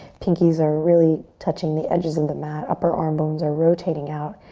pinkies are really touching the edges of the mat, upper arm bones are rotating out.